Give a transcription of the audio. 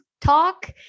talk